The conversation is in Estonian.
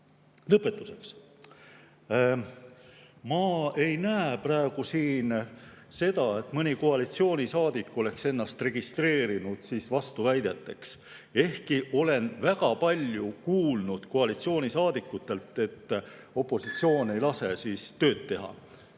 Lõpetuseks. Ma ei näe praegu siin seda, et mõni koalitsioonisaadik oleks ennast registreerinud vastuväidete esitamiseks, ehkki olen väga palju kuulnud koalitsioonisaadikutelt, et opositsioon ei lase tööd teha.